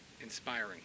inspiring